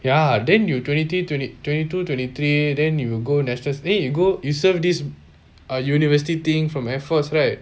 ya then you twenty twenty twenty two twenty three then you go eh you go you serve this err university thing from air force right